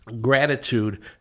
gratitude